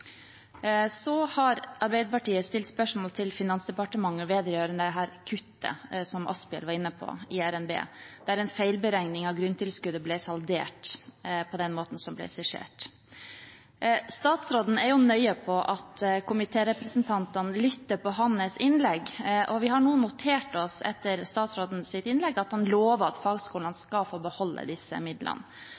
har stilt spørsmål til Finansdepartementet vedrørende kuttet i RNB som Asphjell var inne på, der en feilberegning av grunntilskuddet ble saldert på den måten som skissert. Statsråden er nøye på at komitérepresentantene lytter til hans innlegg, og vi har nå – etter statsrådens innlegg – notert oss at han lover at fagskolene skal få beholde disse midlene.